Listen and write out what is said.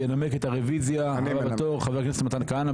את הרוויזיה ינמק חבר הכנסת מתן כהנא.